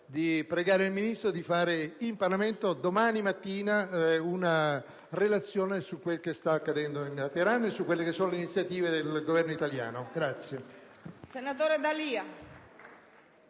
di pregare il Ministro di fare in Parlamento, domani mattina, una relazione su quello che sta accadendo a Teheran e sulle iniziative del Governo italiano.